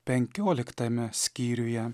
penkioliktame skyriuje